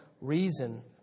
reason